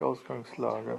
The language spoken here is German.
ausgangslage